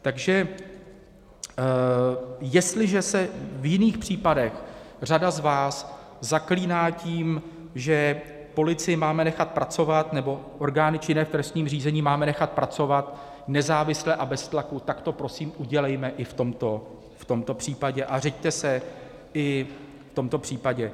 Takže jestliže se v jiných případech řada z vás zaklíná tím, že policii máme nechat pracovat nebo orgány činné v trestním řízení máme nechat pracovat nezávisle a bez tlaku, tak to prosím udělejme i v tomto případě a řiďte se i v tomto případě.